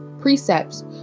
precepts